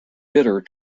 bitter